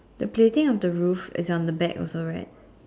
the plating on the roof is on the back also right